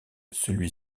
celui